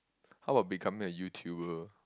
how about becoming a YouTuber